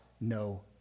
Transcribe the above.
no